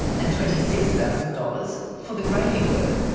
and twenty six thousand dollars for the grading work.